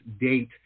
date